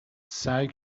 سعی